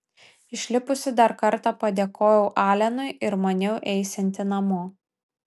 išlipusi dar kartą padėkojau alenui ir maniau eisianti namo